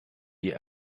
die